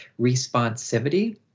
responsivity